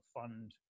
fund